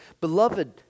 beloved